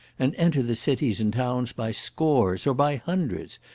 and enter the cities and towns by scores, or by hundreds,